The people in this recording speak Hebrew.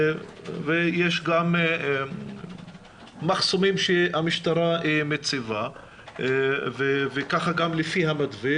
ויש גם מחסומים שהמשטרה מציבה וככה גם לפי המתווה